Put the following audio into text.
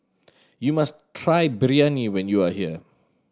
you must try Biryani when you are here